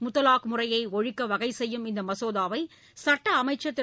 முத்தலாக் முறையைஒழிக்கவகைசெய்யும் இந்தமசோதாவைசட்டஅமைச்சர் திரு